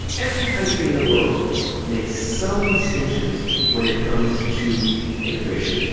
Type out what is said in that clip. every country in the world makes some distinctions when it comes to immigration.